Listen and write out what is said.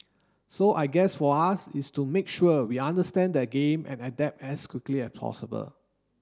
so I guess for us is to make sure we understand the game and adapt as quickly as possible